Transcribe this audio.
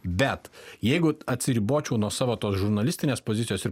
bet jeigu atsiribočiau nuo savo tos žurnalistinės pozicijos ir